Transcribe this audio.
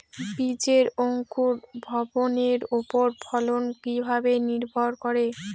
বীজের অঙ্কুর ভবনের ওপর ফলন কিভাবে নির্ভর করে?